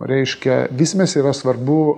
reiškia vysimės yra svarbu